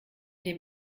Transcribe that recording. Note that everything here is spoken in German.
dem